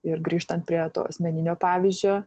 ir grįžtant prie to asmeninio pavyzdžio